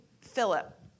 Philip